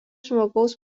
žmogaus